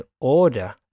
order